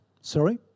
Sorry